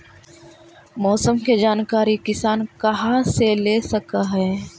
मौसम के जानकारी किसान कहा से ले सकै है?